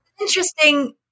interesting